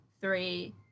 three